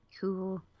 Cool